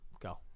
Go